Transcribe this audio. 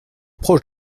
proche